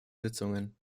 sitzungen